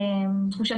תחושה